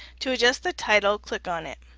to adjust the title click on it.